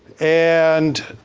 and